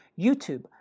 YouTube